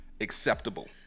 acceptable